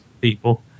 People